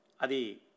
Adi